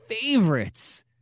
favorites